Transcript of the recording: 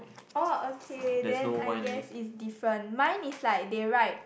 oh okay then I guess it's different mine is like they write